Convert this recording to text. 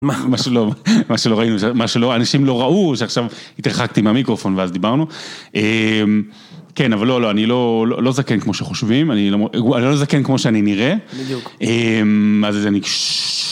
מה שלא, מה שלא ראינו, מה שלא, אנשים לא ראו, שעכשיו התרחקתי מהמיקרופון ואז דיברנו. כן, אבל לא, לא, אני לא זקן כמו שחושבים, אני לא זקן כמו שאני נראה. בדיוק. מה זה זה ניש...